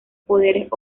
poderes